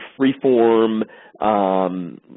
freeform